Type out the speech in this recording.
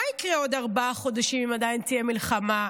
מה יקרה בעוד ארבעה חודשים אם עדיין תהיה מלחמה?